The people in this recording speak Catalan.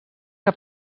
que